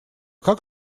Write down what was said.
как